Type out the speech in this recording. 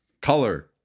color